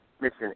mission